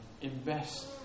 invest